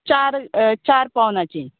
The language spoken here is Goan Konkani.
चार चार पोवनाचीं